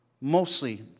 mostly